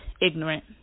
ignorant